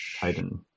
Titan